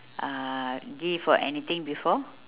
uh gift or anything before